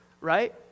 right